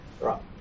Right